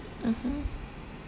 mmhmm